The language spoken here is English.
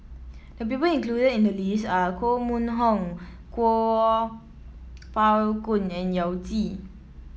the people included in the list are Koh Mun Hong Kuo Pao Kun and Yao Zi